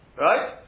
right